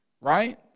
right